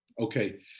Okay